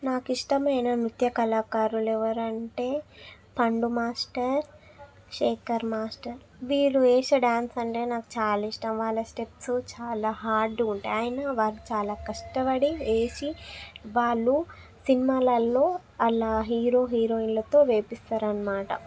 నాకు ఇష్టమైన నృత్య కళాకారులు ఎవరు అంటే పండు మాస్టర్ శేఖర్ మాస్టర్ వీరు వేసే డాన్స్ అంటే నాకు చాలా ఇష్టం వాళ్ళ స్టెప్స్ చాలా హార్డ్గా ఉంటాయి అయినా వారు చాలా కష్టపడి వేసి వాళ్ళు సినిమాలల్లో అలా హీరో హీరోయిన్లతో వేపిస్తారన్నమాట